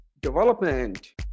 development